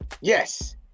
yes